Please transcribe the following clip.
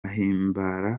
himbara